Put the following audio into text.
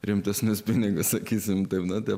rimtesnius pinigus sakysime taip tada